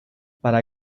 para